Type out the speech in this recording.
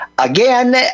Again